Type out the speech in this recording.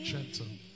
Gentle